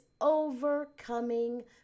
overcoming